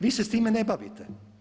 Vi se s time ne bavite.